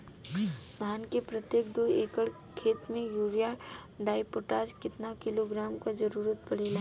धान के प्रत्येक दो एकड़ खेत मे यूरिया डाईपोटाष कितना किलोग्राम क जरूरत पड़ेला?